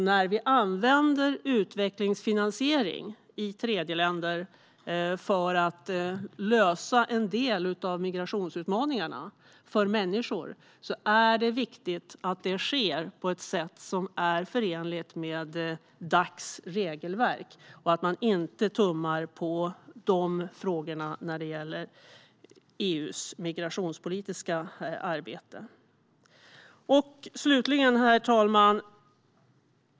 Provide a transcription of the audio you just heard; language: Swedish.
När det används utvecklingsfinansiering i tredjeländer för att lösa en del av migrationsutmaningarna är det viktigt att det sker på ett sätt som är förenligt med Dacs regelverk. Man bör inte tumma på dessa frågor i EU:s migrationspolitiska arbete. Herr talman!